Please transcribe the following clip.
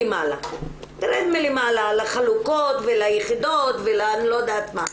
תרד מלמעלה על החלוקות וליחידות ואני לא יודעת מה.